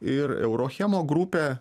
ir euro hemo grupė